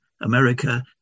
America